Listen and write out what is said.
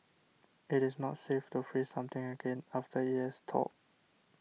it is not safe to freeze something again after it has thawed